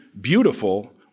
beautiful